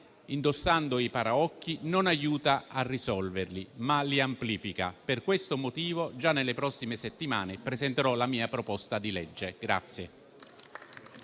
indossando i paraocchi, non aiuta a risolverli, ma li amplifica. Per questo motivo, già nelle prossime settimane presenterò la mia proposta di legge.